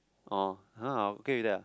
orh !huh! okay already ah